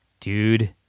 Dude